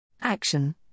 Action